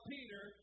Peter